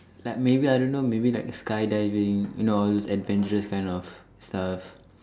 like maybe I don't know maybe like skydiving you know all those adventurous kind of stuff